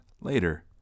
Later